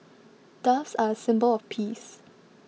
doves are a symbol of peace